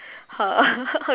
her